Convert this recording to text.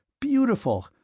beautiful